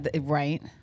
right